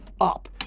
up